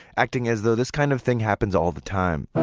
acting as though this kind of thing happened all the time.